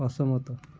ଅସହମତ